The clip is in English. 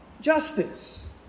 justice